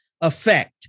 effect